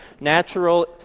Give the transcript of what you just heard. Natural